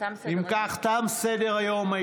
אם כך, תם סדר-היום.